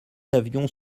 avions